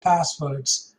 passwords